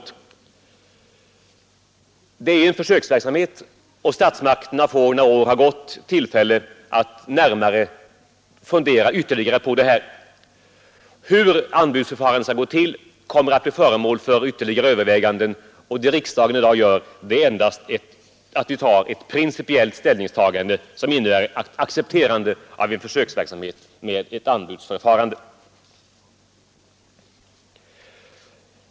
Det är ju fråga om en försöksverksamhet, och statsmakterna får när några år har gått tillfälle att fundera närmare på saken. Hur anbudsförfarandet skall gå till kommer att bli föremål för ytterligare överväganden, och vad riksdagen i dag gör är endast att den tar en principiell ställning, som innebär ett accepterande av en försöksverksamhet med anbudsförfarande.